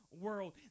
world